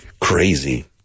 Crazy